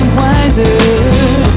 wiser